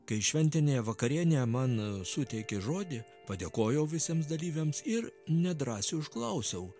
kai šventinė vakarienė man suteikė žodį padėkojau visiems dalyviams ir nedrąsiai užklausiau